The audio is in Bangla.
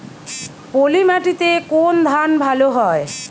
পলিমাটিতে কোন ধান ভালো হয়?